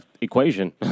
equation